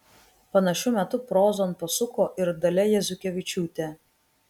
panašiu metu prozon pasuko ir dalia jazukevičiūtė